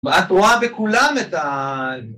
ואת רואה בכולם את ה...